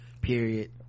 Period